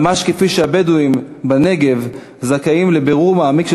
ממש כפי שהבדואים בנגב זכאים לבירור מעמיק של